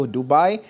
Dubai